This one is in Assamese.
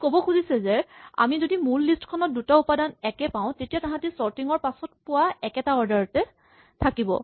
ই ক'ব খুজিছে যে আমি যদি মূল লিষ্ট খনত দুটা উপাদান একে পাওঁ তেতিয়া তাহাঁতি চৰ্টিং ৰ পাছত পোৱা একেটা অৰ্ডাৰতে থাকিব